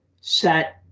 set